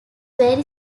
very